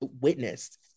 witnessed